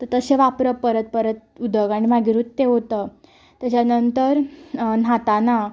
तशें वापरप परत परत उदक आनी मागिरूच तें ओंतप तेच्या नंतर न्हाताना